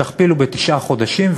תכפילו בתשעה חודשים,